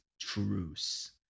truce